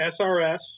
SRS